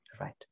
right